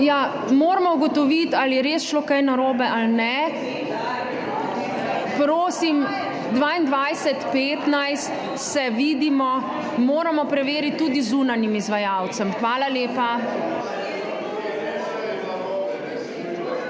moramo ugotoviti, ali je res šlo kaj narobe ali ne. Prosim. Ob 22.15 se vidimo. Moramo preveriti tudi z zunanjim izvajalcem. Hvala lepa.